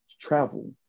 travel